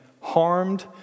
harmed